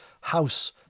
House